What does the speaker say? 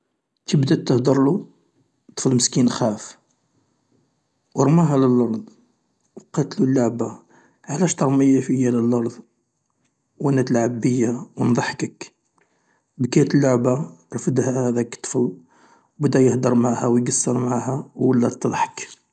كي بدات تهدرلو الطفل مسكين خاف و ارماها للأرض و قالت اللعبة علاش ترمي فيا للرض وانا تلعب بيا وانضحكك، بكات اللعبة ارفدها هذاك الطفل و بدا يهدر معاها و يقصر معاها و ولات تضحك.